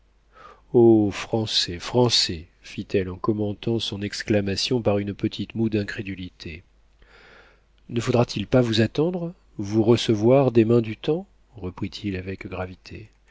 français français fit-elle en commentant son exclamation par une petite moue d'incrédulité ne faudra-t-il pas vous attendre vous recevoir des mains du temps reprit-il avec gravité